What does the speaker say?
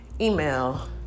email